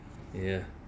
ya